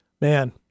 Man